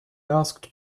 asked